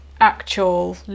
actual